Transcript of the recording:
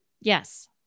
yes